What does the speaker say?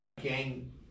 gang